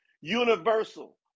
Universal